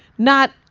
not,